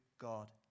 God